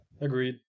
agreed